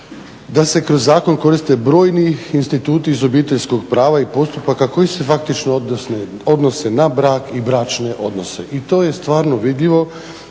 da se kroz zakon koriste brojni instituti iz obiteljskog prava i postupaka koji se faktično odnose na brak i bračne odnose i to je stvarno vidljivo